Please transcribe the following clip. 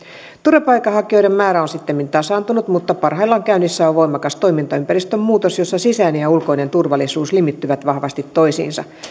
turvapaikanhakijoiden määrä on sittemmin tasaantunut mutta parhaillaan käynnissä on voimakas toimintaympäristön muutos jossa sisäinen ja ulkoinen turvallisuus limittyvät vahvasti toisiinsa